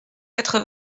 quatre